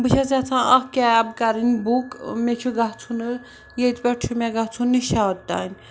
بہٕ چھَس یَژھان اَکھ کیب کَرٕنۍ بُک مےٚ چھُ گژھُنہٕ ییٚتہِ پٮ۪ٹھ چھُ مےٚ گژھُن نِشاط تانۍ